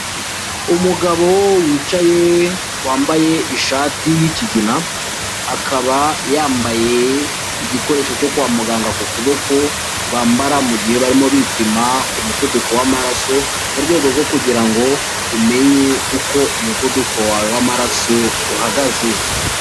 Umugabo wicaye wambaye ishati y'ikigina, akaba yambaye igikoresho cyo kwa muganga ku kuboko bambara mugihe barimo bipima umuvuduko w'amaraso, murwego rwo kugirango umenye uko umuvuduko wawe w'amararaso uhagaze.